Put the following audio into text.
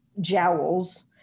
jowls